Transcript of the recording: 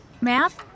math